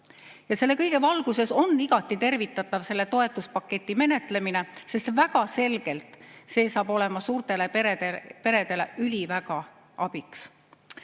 Selle kõige valguses on igati tervitatav selle toetuspaketi menetlemine, sest väga selgelt on see suurtele peredele üliväga abiks.